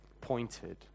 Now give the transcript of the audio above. pointed